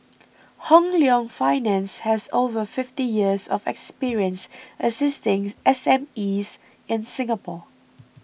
Hong Leong Finance has over fifty years of experience assisting S M Es in Singapore